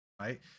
right